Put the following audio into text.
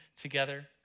together